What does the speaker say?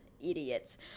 idiots